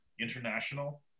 international